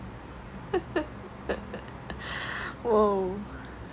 woah